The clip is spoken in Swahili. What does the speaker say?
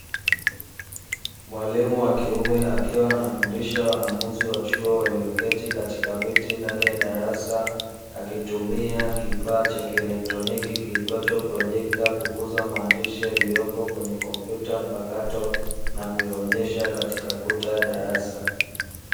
Mwalimu wa kiume akiwa anafundisha wanafunzi wa chuo walioketi katika viti ndani ya darasa, akitumia kifaa cha kielektroniki kiitwacho projekta kukuza maandishi yaliyopo kwenye kompyuta mpakato na kuyaonyesha katika kuta ya darasa.